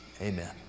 amen